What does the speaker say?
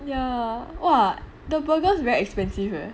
ya !wah! the burgers very expensive leh